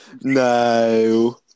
No